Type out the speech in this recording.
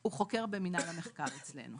הוא חוקר במינהל המחקר אצלנו.